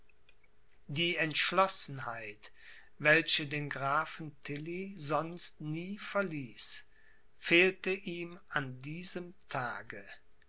die entschlossenheit welche den grafen tilly sonst nie verließ fehlte ihm an diesem tage